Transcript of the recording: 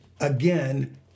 Again